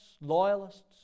loyalists